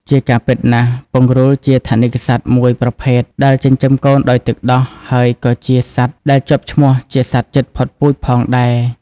ជាការពិតណាស់ ពង្រូលជាថនិកសត្វមួយប្រភេទដែលចិញ្ចឹមកូនដោយទឹកដោះ ហើយក៏ជាសត្វដែលជាប់ឈ្មោះជាសត្វជិតផុតពូជផងដែរ។